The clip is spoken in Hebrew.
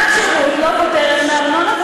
שנת שירות לא פוטרת מארנונה,